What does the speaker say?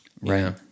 Right